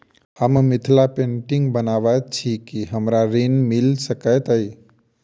हम मिथिला पेंटिग बनाबैत छी की हमरा ऋण मिल सकैत अई?